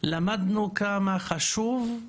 למדנו כמה חשוב,